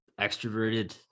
extroverted